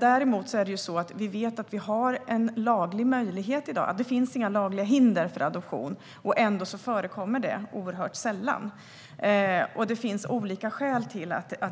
Däremot vet vi att vi har en laglig möjlighet i dag. Det finns inga lagliga hinder för adoption, och ändå förekommer det oerhört sällan. Det finns olika skäl till detta.